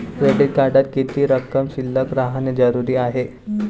Credit कार्डात किती रक्कम शिल्लक राहानं जरुरी हाय?